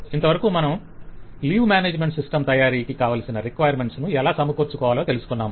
ఇంతవరకు మనం leave management system తయారికి కావలసిన రిక్వైర్మెంట్ లను ఎలా సమకూర్చుకోవాలో తెలుసుకున్నాం